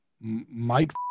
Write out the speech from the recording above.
Mike